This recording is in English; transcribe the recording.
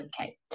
Okay